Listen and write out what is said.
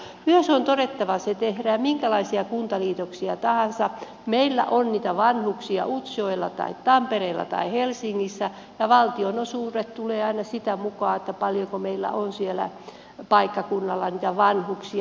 myös on todettava se että tehdään millaisia kuntaliitoksia tahansa meillä on niitä vanhuksia utsjoella ja tampereella ja helsingissä ja valtionosuudet tulevat aina sen mukaan paljonko meillä on siellä paikkakunnalla niitä vanhuksia